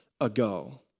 ago